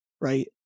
right